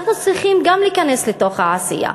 אנחנו צריכים גם להיכנס לתוך העשייה.